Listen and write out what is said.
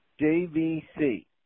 JVC